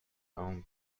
own